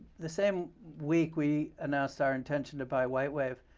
the same week we announced our intention to buy whitewave,